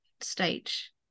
stage